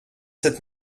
sept